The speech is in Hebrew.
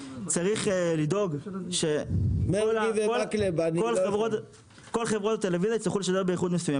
צריך לדאוג שכל חברות הטלוויזיה יצטרכו לשדר באיכות מסוימת.